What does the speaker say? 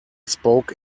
spoke